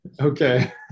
Okay